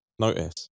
notice